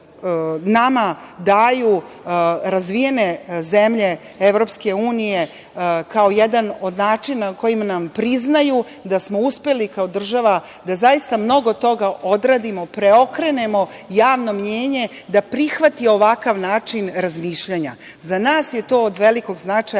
nama daju razvijene zemlje EU kao jedan od načina koji nam priznaju, da smo uspeli kao država, da zaista mnogo toga odradimo, preokrenemo javno mnjenje da prihvati ovakav način razmišljanja. Za nas je to od velikog značaja,